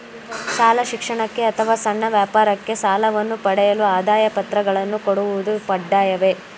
ಶಾಲಾ ಶಿಕ್ಷಣಕ್ಕೆ ಅಥವಾ ಸಣ್ಣ ವ್ಯಾಪಾರಕ್ಕೆ ಸಾಲವನ್ನು ಪಡೆಯಲು ಆದಾಯ ಪತ್ರಗಳನ್ನು ಕೊಡುವುದು ಕಡ್ಡಾಯವೇ?